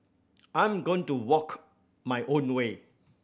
I am going to walk my own way